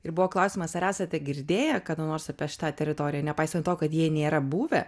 ir buvo klausimas ar esate girdėję kada nors apie šitą teritoriją nepaisant to kad jie nėra buvę